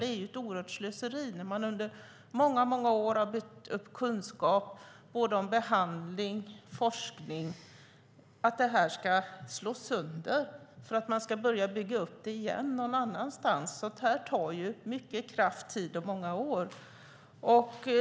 Det är ett oerhört slöseri, när man under många år har byggt upp kunskap om både behandling och forskning, att slå sönder detta för att sedan bygga upp det igen någon annanstans. Det tar mycket kraft och många år att göra.